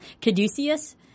Caduceus